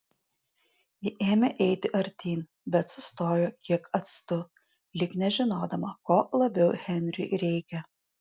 ji ėmė eiti artyn bet sustojo kiek atstu lyg nežinodama ko labiau henriui reikia